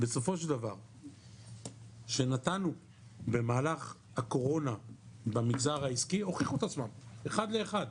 בסופו של דבר שנתנו במהלך הקורונה במגזר העסקי הוכיחו את עצמם אחד לאחד.